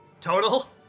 Total